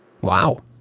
Wow